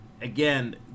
Again